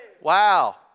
Wow